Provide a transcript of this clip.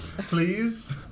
Please